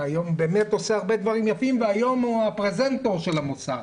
היום הוא באמת עושה הרבה דברים יפים והיום הוא הפרזנטור של המוסד.